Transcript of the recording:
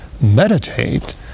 meditate